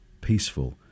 peaceful